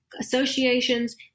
associations